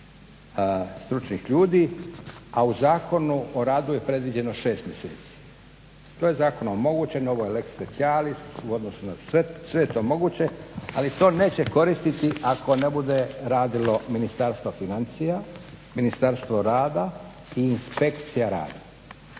u Zakonu o radu je predviđeno 6 mjeseci. To je zakonom omogućeno, ovo je lex specialis u odnosu na … /Govornik se ne razumije./… Sve je to moguće, ali to neće koristiti ako ne bude radilo Ministarstvo financija, Ministarstvo rada i Inspekcija rada.